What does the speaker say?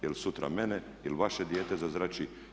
Jer sutra mene ili vaše dijete zazrači.